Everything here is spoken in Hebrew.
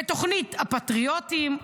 בתוכנית הפטריוטים.